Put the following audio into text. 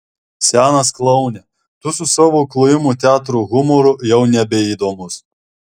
senas kloune tu su savo klojimo teatro humoru jau nebeįdomus